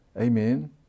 Amen